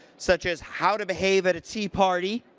such as how to behave at a tea party,